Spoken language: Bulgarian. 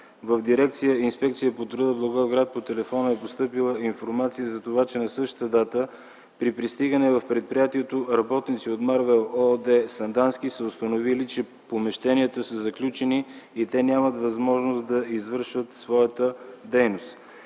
в дирекция „Инспекция по труда” в Благоевград по телефона е постъпила информация за това, че на същата дата при пристигане в предприятието работници от „Марвел” ООД, Сандански, са установили, че помещенията са заключени и те нямат възможност да извършват своята дейност.